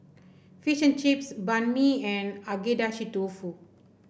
fish and Chips Banh Mi and Agedashi Dofu